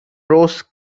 rose